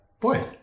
boy